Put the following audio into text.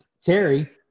Terry